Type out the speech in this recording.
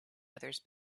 others